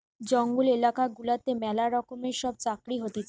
জঙ্গল এলাকা গুলাতে ম্যালা রকমের সব চাকরি হতিছে